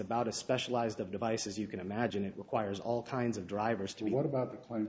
about a specialized of devices you can imagine it requires all kinds of drivers to be thought about the